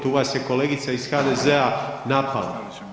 Tu vas je kolegica iz HDZ-a napala.